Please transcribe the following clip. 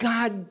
God